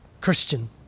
Christian